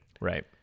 Right